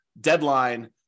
deadline